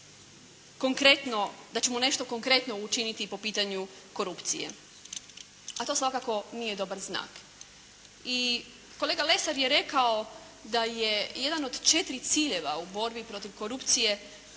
da ćemo nešto konkretno učiniti po pitanju korupcije. A to svakako nije dobar znak. I kolega Lesar je rekao da je jedan od 4 ciljeva u borbi protiv korupcije